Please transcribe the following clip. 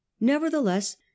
nevertheless